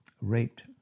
raped